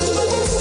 לומר,